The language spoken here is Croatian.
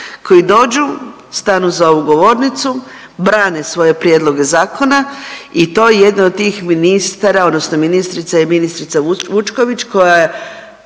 koji dođu, stanu za ovu govornicu, brane svoje prijedloge zakona i to je jedna od tih ministara odnosno ministrica je ministrica Vučković